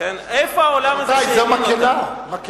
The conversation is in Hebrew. איפה העולם הזה, טול קורה מבין עיניך.